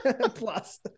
plus